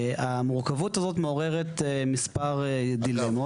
המורכבות הזאת מעוררת מספר דילמות.